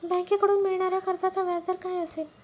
बँकेकडून मिळणाऱ्या कर्जाचा व्याजदर काय असेल?